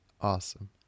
Awesome